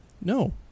No